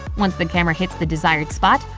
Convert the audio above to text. once the camera hits the desired spot,